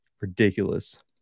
ridiculous